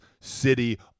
city